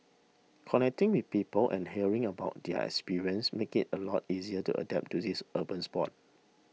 connecting with people and hearing about their experience makes it a lot easier to adapt to this urban sport